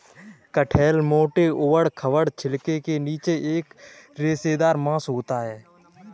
कटहल मोटे, ऊबड़ खाबड़ छिलके के नीचे एक रेशेदार मांस होता है